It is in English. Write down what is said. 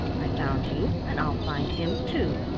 i found you and i'll find him too.